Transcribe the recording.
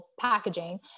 packaging